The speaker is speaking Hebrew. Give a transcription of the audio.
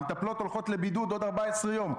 המטפלות הולכות לבידוד עוד 14 יום.